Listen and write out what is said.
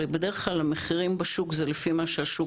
הרי בדרך כלל המחירים בשוק זה לפי מה שהשוק